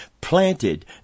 planted